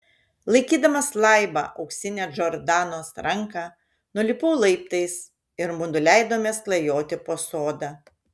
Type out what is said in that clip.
laikydamas laibą auksinę džordanos ranką nulipau laiptais ir mudu leidomės klajoti po sodą